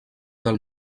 del